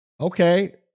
Okay